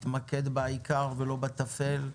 להתמקד בעיקר ולא בטפל,